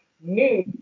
new